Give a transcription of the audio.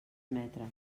metres